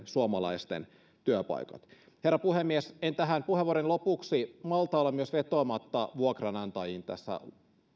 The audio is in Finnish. suomalaisten työpaikat herra puhemies en tähän puheenvuoroni lopuksi malta olla myös vetoamatta vuokranantajiin tässä